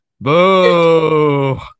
boo